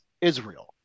Israel